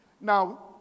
Now